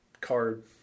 card